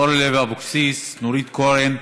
אורלי לוי אבקסיס, נורית קורן.